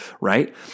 right